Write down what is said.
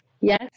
yes